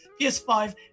PS5